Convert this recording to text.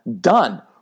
done